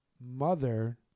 mother